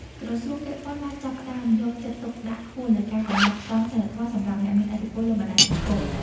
ក្រសួងពាក់ព័ន្ធបានចាប់ផ្តើមយកចិត្តទុកដាក់ខ្ពស់លើការកំណត់ក្រមសីលធម៌សម្រាប់អ្នកមានឥទ្ធិពលលើបណ្តាញសង្គម។